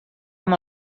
amb